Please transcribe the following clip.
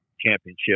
championship